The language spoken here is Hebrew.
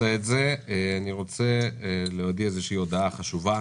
אני רוצה להודיע הודעה חשובה.